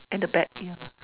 at the back yeah